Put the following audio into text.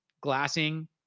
glassing